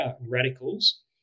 radicals